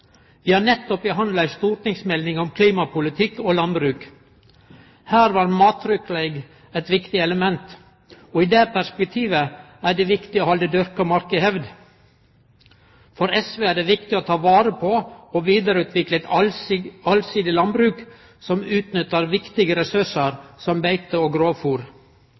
Vi har nettopp behandla ei stortingsmelding om klimapolitikk og landbruk. Her var mattryggleik eit viktig element, og i det perspektivet er det viktig å halde dyrka mark i hevd. For SV er det viktig å ta vare på og vidareutvikle eit allsidig landbruk som utnyttar viktige ressursar som beite og